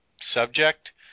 subject